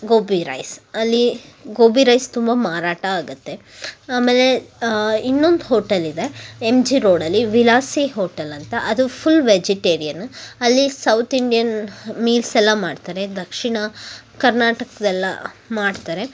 gobi rice ಅಲ್ಲಿ gobi rice ತುಂಬ ಮಾರಾಟ ಆಗುತ್ತೆ ಆಮೇಲೆ ಇನ್ನೊಂದು ಹೋಟೆಲ್ ಇದೆ ಎಮ್ ಜಿ ರೋಡಲ್ಲಿ ವಿಲಾಸಿ ಹೋಟೆಲ್ ಅಂತ ಅದು ಫುಲ್ ವೆಜಿಟೇರಿಯನ್ನು ಅಲ್ಲಿ ಸೌತ್ ಇಂಡಿಯನ್ ಮೀಲ್ಸೆಲ್ಲ ಮಾಡ್ತಾರೆ ದಕ್ಷಿಣ ಕರ್ನಾಟಕದ್ದೆಲ್ಲ ಮಾಡ್ತಾರೆ